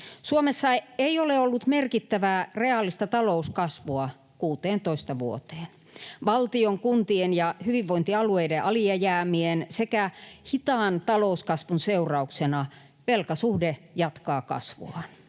Suomessa ei ole ollut merkittävää reaalista talouskasvua kuuteentoista vuoteen. Valtion, kuntien ja hyvinvointialueiden alijäämien sekä hitaan talouskasvun seurauksena velkasuhde jatkaa kasvuaan.